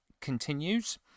continues